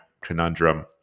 conundrum